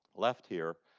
left here.